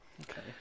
okay